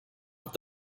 with